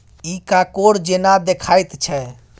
इ कॉकोड़ जेना देखाइत छै